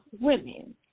women